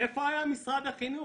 איפה היה משרד החינוך?